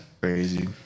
crazy